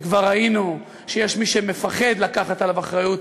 וכבר ראינו שיש מי שמפחד לקבל עליו אחריות.